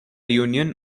union